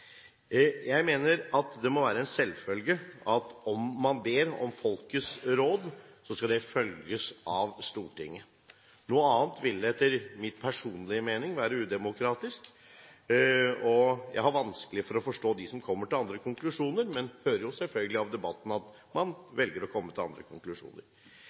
Jeg mener det må være en selvfølge at om man ber om folkets råd, skal det følges av Stortinget. Noe annet ville etter min personlige mening være udemokratisk. Jeg har vanskelig for å forstå dem som kommer til andre konklusjoner, men hører selvfølgelig av debatten at man velger å komme til andre konklusjoner.